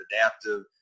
adaptive